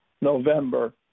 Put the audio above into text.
November